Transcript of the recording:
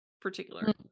particular